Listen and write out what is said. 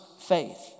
faith